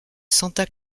santa